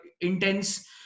intense